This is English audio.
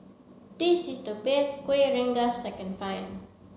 this is the best kuih rengas second find